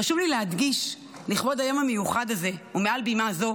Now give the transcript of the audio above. חשוב לי להדגיש לכבוד היום המיוחד הזה ומעל בימה זו